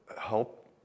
help